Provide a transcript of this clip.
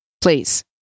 please